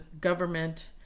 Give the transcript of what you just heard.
government